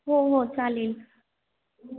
हो हो चालेल